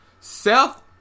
Self